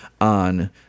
on